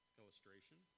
illustration